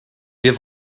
wir